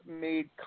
made